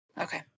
Okay